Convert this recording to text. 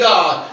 God